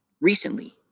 Recently